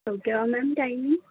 تو کیا ہے میم ٹائمنگ